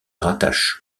rattache